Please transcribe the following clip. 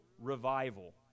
revival